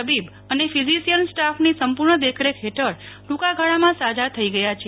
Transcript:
તબીબ અને ફિઝિશિયન સ્ટાફની સંપૂ ર્ણ દેખરેખ હેઠળ ટ્રંકા ગાળામાં સાજા થઈ ગથા છે